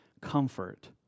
comfort